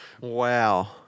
Wow